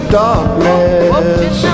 darkness